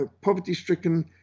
poverty-stricken